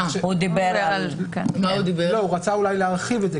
הוא רצה אולי להרחיב את זה.